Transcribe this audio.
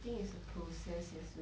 I think it's a process 也是